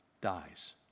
dies